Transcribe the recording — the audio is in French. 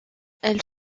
elle